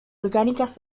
orgánicas